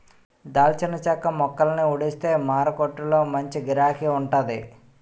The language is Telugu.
దాల్చిన చెక్క మొక్కలని ఊడిస్తే మారకొట్టులో మంచి గిరాకీ వుంటాది